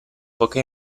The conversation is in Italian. poiché